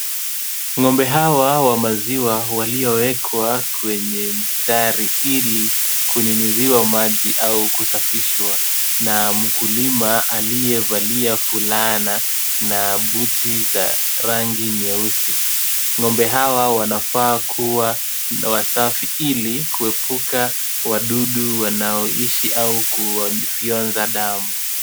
Ng'ombe hawa wa maziwa waliowekwa kwenye mstari ili kunyunyuziwa maji au kusafishwa na mkulima aliyevalia fulana na buti za rangi nyeusi. Ng'ombe hawa wanafaa kuwa wasafi ili kuepuka wadudu wanaoishi au kuwafyonza damu.